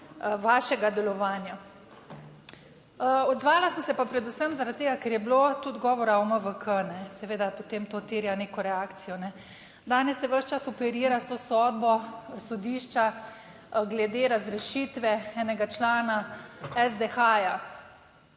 vašega delovanja. Odzvala sem se pa predvsem zaradi tega, ker je bilo tudi govora o MVK, seveda potem to terja neko reakcijo, ne. Danes se ves čas operira s to sodbo sodišča glede razrešitve enega člana SDH.